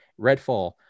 Redfall